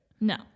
No